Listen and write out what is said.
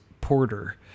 porter